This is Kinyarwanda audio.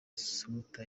samputu